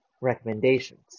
Recommendations